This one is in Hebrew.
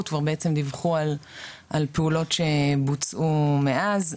כבר בעצם דיווחו על פעולות שבוצעו מאז,